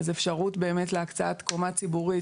אז אפשרות באמת להקצאת קומה ציבורית,